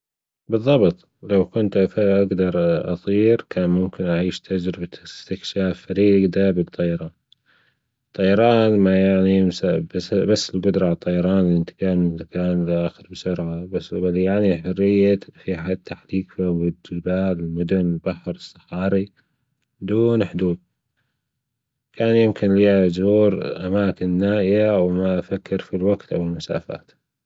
بالظبط لوكنت أجدر أطيركان ممكن أعيش تجربة أستكشاف فريدة بالطيران ألطيران ما يعنى بس الجدرة على الطيران والانتجال من مكان الى أخر بسرعة مدن والبحر والصحارى دون حدود كان ممكن أزور أماكن نائية وما أفكر فى الوقت والمسافات